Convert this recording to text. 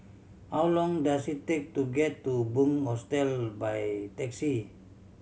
how long does it take to get to Bunc Hostel by taxi